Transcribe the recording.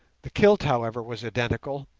the kilt, however, was identical,